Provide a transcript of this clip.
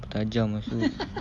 tajam lepas tu